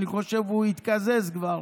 אני חושב שהוא התקזז כבר.